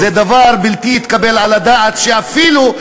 זה דבר בלתי מתקבל על הדעת שאפילו,